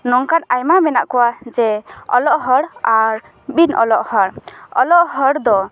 ᱱᱚᱝᱠᱟᱱ ᱟᱭᱢᱟ ᱢᱮᱱᱟᱜ ᱠᱚᱣᱟ ᱡᱮ ᱚᱞᱚᱜ ᱦᱚᱲ ᱟᱨ ᱵᱤᱱ ᱚᱞᱚᱜ ᱦᱚᱲ ᱚᱞᱚᱜ ᱦᱚᱲ ᱫᱚ